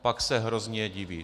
Pak se hrozně diví.